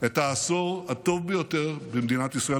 את העשור הטוב ביותר במדינת ישראל,